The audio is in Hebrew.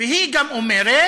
והיא גם אומרת